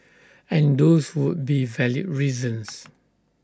and those would be valid reasons